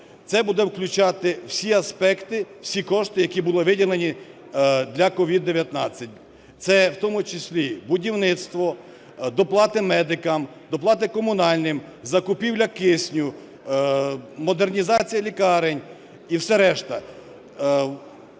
Це буде включати всі аспекти, всі кошти, які були виділені для СOVID-19, це в тому числі будівництво, доплати медикам, доплати комунальним, закупівля кисню, модернізація лікарень і все решта.